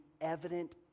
evident